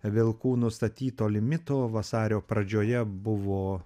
vilkų nustatyto limito vasario pradžioje buvo